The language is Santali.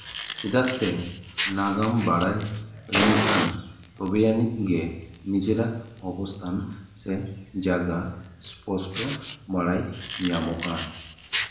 ᱪᱮᱫᱟᱜ ᱥᱮ ᱱᱟᱜᱟᱢ ᱵᱟᱲᱟᱭ ᱞᱮᱱᱠᱷᱟᱱ ᱛᱚᱵᱮ ᱟᱹᱱᱤᱡ ᱜᱮ ᱱᱤᱡᱮᱨᱟᱜ ᱚᱵᱚᱥᱛᱷᱟ ᱥᱮ ᱡᱟᱜᱟ ᱚᱥᱯᱚᱥᱴᱚ ᱵᱟᱲᱟᱭ ᱧᱟᱢᱚᱜᱼᱟ